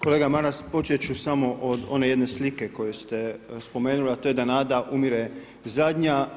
Kolega Maras, počet ću samo od one jedne slike koju ste spomenuli, a to je da nada umire zadnja.